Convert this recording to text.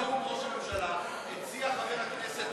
בעקבות נאום ראש הממשלה הציע חבר הכנסת